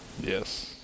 Yes